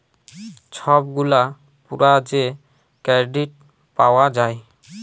ছব গুলা পুরা যে কেরডিট পাউয়া যায়